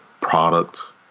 product